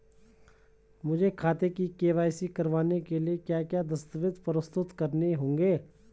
मुझे खाते की के.वाई.सी करवाने के लिए क्या क्या दस्तावेज़ प्रस्तुत करने होंगे?